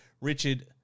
Richard